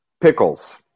pickles